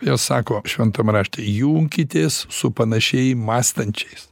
jie sako šventam rašte junkitės su panašiai mąstančiais